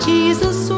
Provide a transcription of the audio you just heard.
Jesus